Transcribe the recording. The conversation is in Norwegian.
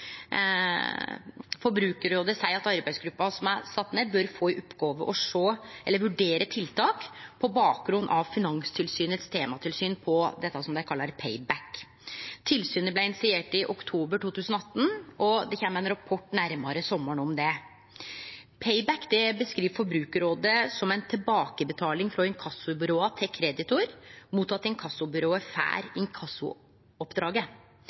Forbrukarrådet seier at arbeidsgruppa som er sett ned, bør få i oppgåve å vurdere tiltak på bakgrunn av Finanstilsynets tematilsyn på det som dei kallar «pay back». Tilsynet blei initiert i oktober 2018, og det kjem ein rapport nærmare sommaren om det. «Pay back» blir av Forbrukarrådet beskrive som tilbakebetaling frå inkassobyråa til kreditor mot at inkassobyrået får inkassooppdraget. Tilbakebetalinga er ein